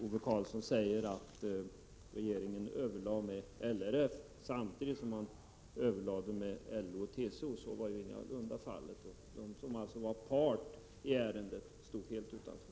Ove Karlsson säger att regeringen överlade med LRF samtidigt som man överlade med LO och TCO. Så var ingalunda fallet. LRF som var part i ärendet stod helt utanför.